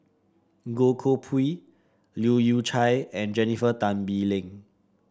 Goh Koh Pui Leu Yew Chye and Jennifer Tan Bee Leng